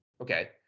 Okay